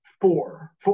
Four